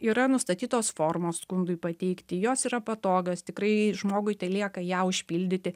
yra nustatytos formos skundui pateikti jos yra patogios tikrai žmogui telieka ją užpildyti